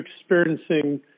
experiencing